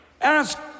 Ask